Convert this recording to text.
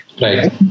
Right